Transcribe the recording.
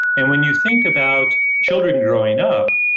and when you think about children growing up,